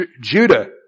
Judah